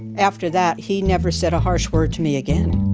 after that, he never said a harsh word to me again.